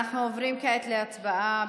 אנחנו עוברים כעת להצבעה.